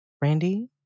Randy